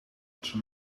onze